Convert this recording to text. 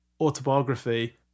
autobiography